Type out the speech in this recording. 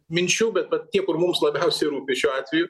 minčių bet vat tie kur mums labiausiai rūpi šiuo atveju